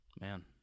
Man